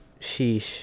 Sheesh